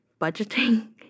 budgeting